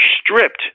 stripped